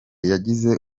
yagize